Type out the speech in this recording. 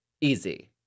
Easy